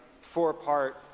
four-part